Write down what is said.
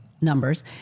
numbers